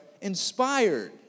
inspired